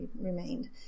remained